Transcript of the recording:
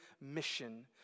mission